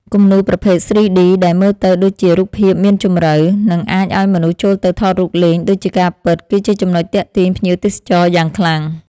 គំនូរប្រភេទ 3D ដែលមើលទៅដូចជារូបភាពមានជម្រៅ និងអាចឱ្យមនុស្សចូលទៅថតរូបលេងដូចជាការពិត គឺជាចំណុចទាក់ទាញភ្ញៀវទេសចរយ៉ាងខ្លាំង។